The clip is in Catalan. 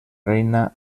reina